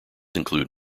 include